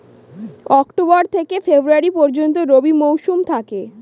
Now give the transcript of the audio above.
October থেকে February পর্যন্ত রবি মৌসুম থাকে